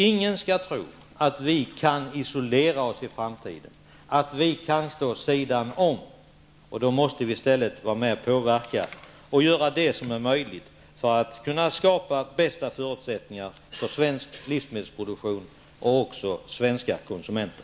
Ingen skall tro att vi kan isolera oss i framtiden och stå vid sidan av. Vi måste i stället vara med och påverka och göra det som är möjligt för att kunna skapa de bästa förutsättningarna för svensk livsmedelsproduktion och för svenska konsumenter.